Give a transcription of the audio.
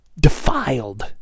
defiled